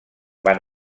van